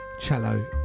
Cello